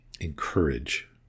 encourage